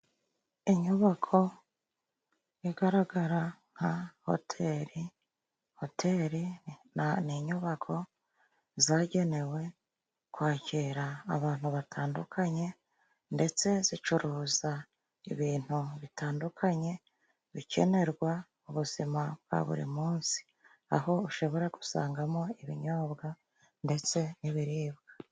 Inyubako igaragara nka hoteli. Hoteli ni inyubako zagenewe kwakira abantu batandukanye, ndetse zicuruza ibintu bitandukanye bikenerwa mu buzima bwa buri munsi, aho ushobora gusangamo ibinyobwa ndetse n'ibiribwa.